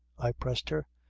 i pressed her.